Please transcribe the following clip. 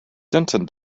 denton